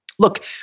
Look